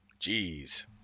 Jeez